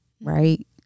right